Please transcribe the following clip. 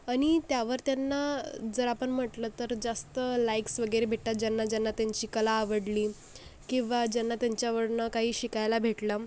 आणि त्यावर त्यांना जर आपण म्हटलं तर जास्त लाईक्स वगैरे भेटतात ज्यांना ज्यांना त्यांची कला आवडली किंवा ज्यांना त्यांच्याकडनं काही शिकायला भेटलं